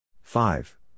Five